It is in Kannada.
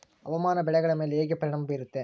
ಹವಾಮಾನ ಬೆಳೆಗಳ ಮೇಲೆ ಹೇಗೆ ಪರಿಣಾಮ ಬೇರುತ್ತೆ?